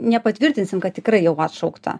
nepatvirtinsim kad tikrai jau atšaukta